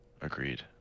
Agreed